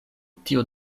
tio